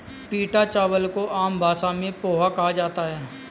पीटा चावल को आम भाषा में पोहा कहा जाता है